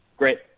Great